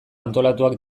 antolatuak